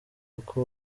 kuko